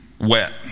wet